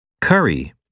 Curry